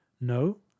No